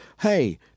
hey